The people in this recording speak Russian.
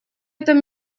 этом